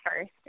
first